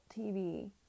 TV